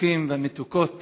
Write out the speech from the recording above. המתוקים והמתוקות